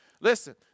Listen